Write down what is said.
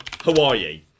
Hawaii